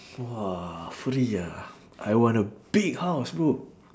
!wah! free ah I want a big house bro